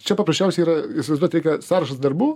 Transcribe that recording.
čia paprasčiausiai yra įsivaizduot reikia sąrašas darbų